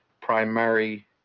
primary